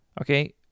Okay